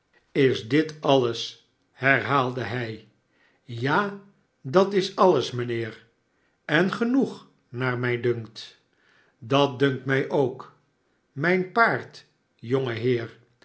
is dit alles herhaalde hij ja dat is alles mynheer en genoeg naar mij dunkt dat dunkt mij ook mijn paard